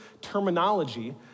terminology